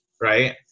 right